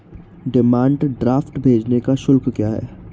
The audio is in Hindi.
डिमांड ड्राफ्ट भेजने का शुल्क क्या है?